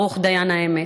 ברוך דיין האמת.